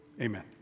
Amen